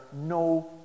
no